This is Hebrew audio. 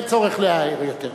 אין צורך להעיר יותר.